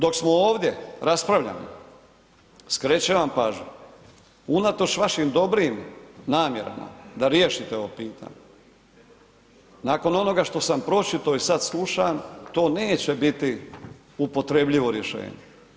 Dok smo ovdje raspravljamo, skrećem vam pažnju unatoč vašim dobrim namjerama da riješite ovo pitanje, nakon onoga što sam pročitao i sad slušam, to neće biti upotrebljivo rješenje.